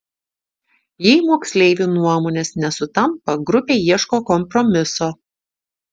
jei moksleivių nuomonės nesutampa grupė ieško kompromiso